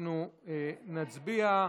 אנחנו נצביע.